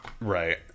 right